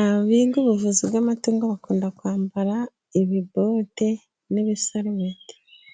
abiga ubuvuzi bw'amatungo, bakunda kwambara ibibote n'ibisarubeti.